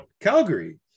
Calgary